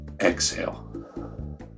exhale